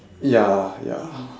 ya ya